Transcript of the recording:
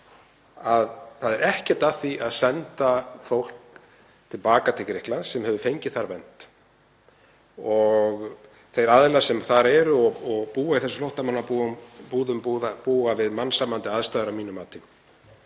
það sé ekkert að því að senda fólk til baka til Grikklands sem hefur fengið þar vernd. Þeir aðilar sem þar eru og búa í þessum flóttamannabúðum búa við mannsæmandi aðstæður að mínu mati.